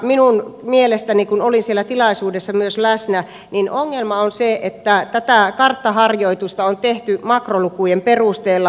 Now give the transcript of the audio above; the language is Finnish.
minun mielestäni kun olin siellä tilaisuudessa myös läsnä ongelma on se että tätä karttaharjoitusta on tehty makrolukujen perusteella